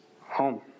home